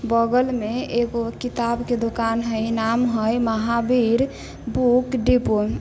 बगलमे एगो किताबके दोकान हइ नाम हइ महावीर बुक डिपो